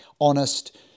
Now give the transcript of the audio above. honest